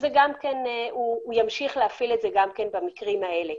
שהוא ימשיך להפעיל את זה גם במקרים האלה.